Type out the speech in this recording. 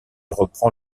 reprend